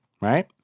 right